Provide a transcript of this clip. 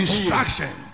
instruction